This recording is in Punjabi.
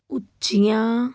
ਉੱਚੀਆਂ